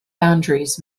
boundaries